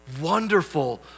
wonderful